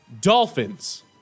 Dolphins